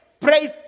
praise